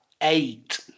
eight